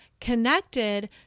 connected